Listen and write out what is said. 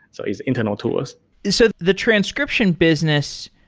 so it's internal tools so, the transcription business,